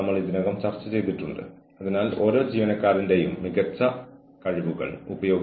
ഒപ്പം അനുസരണക്കേട് കണ്ടെത്തിയാൽ ജീവനക്കാർക്ക് നൽകുന്ന ശാസനകൾ നൽകാം